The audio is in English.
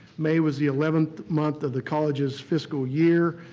may was the eleventh month of the college's fiscal year.